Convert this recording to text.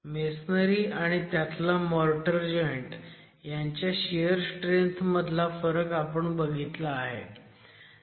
masonry आणि त्यातला mortar joint ह्यांच्या शियर स्ट्रेंथ मधला फरक आपण बघितला आहे